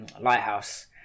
lighthouse